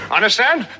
understand